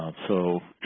so